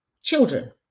children